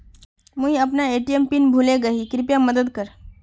मुई अपना ATM PIN भूले गही कृप्या मदद कर